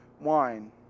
wine